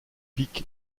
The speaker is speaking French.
pic